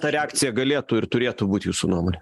ta reakcija galėtų ir turėtų būti jūsų nuomone